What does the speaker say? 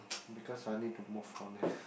because I need to move on eh